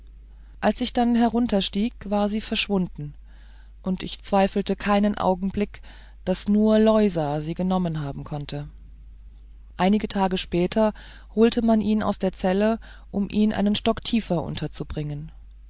als ich dann herunterstieg war sie verschwunden und ich zweifelte keinen augenblick daß nur loisa sie genommen haben konnte einige tage später holte man ihn aus der zelle um ihn einen stock tiefer unterzubringen